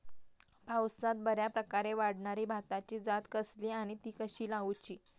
पावसात बऱ्याप्रकारे वाढणारी भाताची जात कसली आणि ती कशी लाऊची?